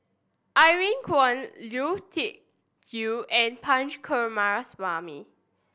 Irene Khong Liu Tuck Yew and Punch Coomaraswamy